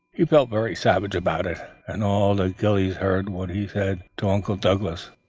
he felt very savage about it, and all the ghillies heard what he said to uncle douglas.